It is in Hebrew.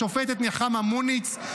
השופטת נחמה מוניץ.